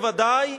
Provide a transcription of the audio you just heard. בוודאי.